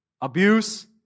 abuse